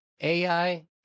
AI